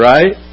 Right